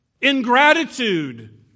Ingratitude